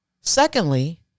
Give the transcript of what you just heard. Secondly